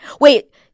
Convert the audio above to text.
Wait –